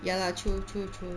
ya lah true true true